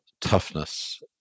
toughness